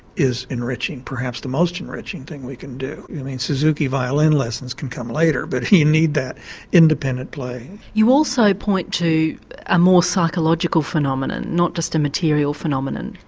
is enriching, perhaps the most enriching thing we can do. suzuki violin lessons can come later but you need that independent play. you also point to a more psychological phenomenon, not just a material phenomenon,